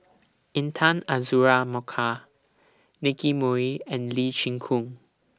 Intan Azura Mokhtar Nicky Moey and Lee Chin Koon